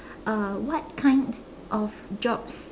uh what kind of jobs